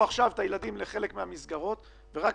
עוד לא הספיקו להחזיר את הילדים לחלק מהמסגרות וכבר